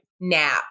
nap